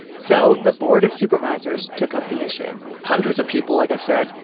so the board of supervisors took up the issue hundreds of people, like i said,